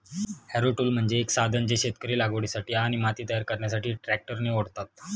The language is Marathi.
हॅरो टूल म्हणजे एक साधन जे शेतकरी लागवडीसाठी आणि माती तयार करण्यासाठी ट्रॅक्टरने ओढतात